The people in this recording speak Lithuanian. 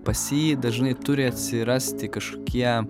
pas jį dažnai turi atsirasti kažkokie